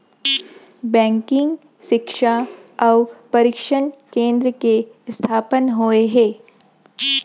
banking सिक्छा अउ परसिक्छन केन्द्र के इस्थापना होय हे